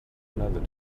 another